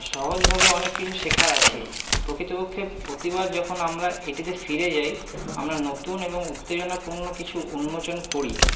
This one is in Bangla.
সহজভাবে অনেক কিছু শেখার আছে প্রকৃতপক্ষে প্রতিবার যখন আমরা এটিতে ফিরে যাই আমরা নতুন এবং উত্তেজনাপূর্ণ কিছু উন্মোচন করি